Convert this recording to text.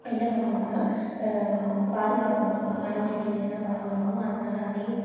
என்ன பண்ணனுன்னா பாதுகாக்கனும் இப்போ மரம் செடிகளையெல்லாம் பாதுகாக்கனும் அதனால அதையும்